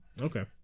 Okay